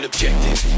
Objective